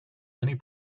many